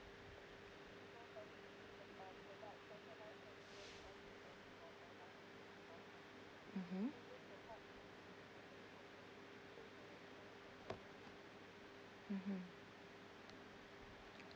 mmhmm mmhmm